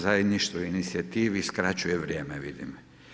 Zajedništvo inicijativi skraćuje vrijeme vidim.